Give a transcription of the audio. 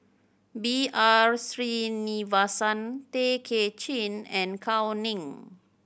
B R Sreenivasan Tay Kay Chin and Gao Ning